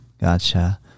gotcha